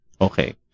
Okay